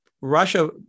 Russia